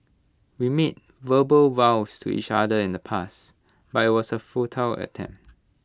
we made verbal vows to each other in the pasts but I was A futile attempt